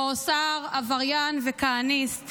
שבהם שר עבריין וכהניסט